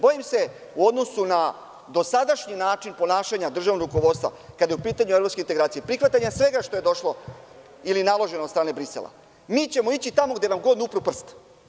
Bojim se, u odnosu na dosadašnji način ponašanja državnog rukovodstva, kad su u pitanju evropske integracije, prihvatanja svega što je došlo ili naloženo od strane Brisela, mi ćemo ići tamo gde god upru prst.